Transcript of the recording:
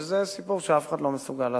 וזה סיפור שאף אחד לא מסוגל לעשות.